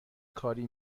کاری